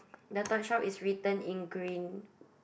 the toy shop is written in green